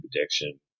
addiction